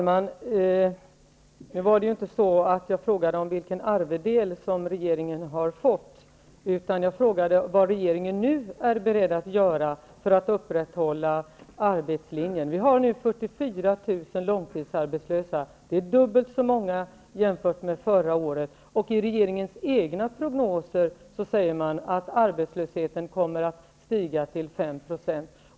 Fru talman! Nu frågade inte jag om vilken arvedel som regeringen har fått, utan jag frågade vad regeringen nu är beredd att göra för att upprätthålla arbetslinjen. Vi har nu 44 000 långtidsarbetslösa. Det är dubbelt fler än förra året. I regeringens egna prognoser säger man att arbetslösheten kommer att stiga till 5 %.